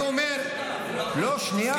לא, שנייה.